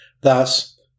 Thus